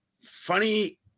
funny